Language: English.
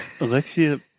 Alexia